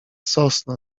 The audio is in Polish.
sosna